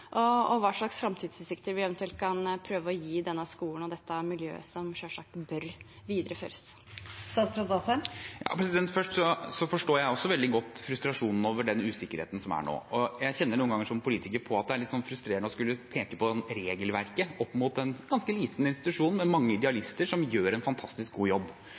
og hva slags framtidsutsikter vi eventuelt kan prøve å gi denne skolen og dette miljøet, som selvsagt bør videreføres. Først: Jeg forstår også veldig godt frustrasjonen over den usikkerheten som er nå. Jeg kjenner noen ganger som politiker på at det er litt frustrerende å skulle peke på regelverket opp mot en ganske liten institusjon med mange idealister som gjør en fantastisk god jobb.